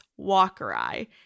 walkeri